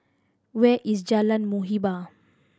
where is Jalan Muhibbah